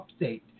update